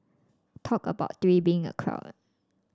talk about three being a crowd